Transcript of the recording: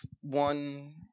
one